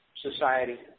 society